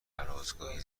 هرازگاهی